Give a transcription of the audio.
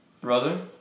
brother